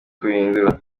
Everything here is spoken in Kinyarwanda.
kubihindura